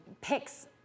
picks